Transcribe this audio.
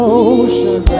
ocean